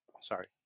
Sorry